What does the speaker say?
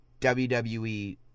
WWE